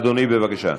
אדוני, בבקשה.